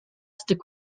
stick